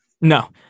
No